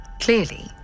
Clearly